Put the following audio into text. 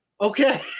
okay